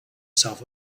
south